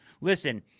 Listen